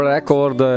Record